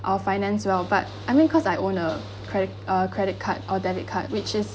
our finance well but I mean because I own a cred~ ah credit card or debit card which is